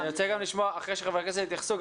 אחרי שחברי הכנסת יתייחסו,